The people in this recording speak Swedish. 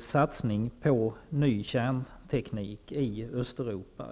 satsning på ny kärnteknik i Östeuropa.